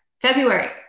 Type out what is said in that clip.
February